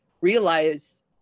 realize